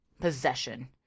Possession